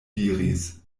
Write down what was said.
diris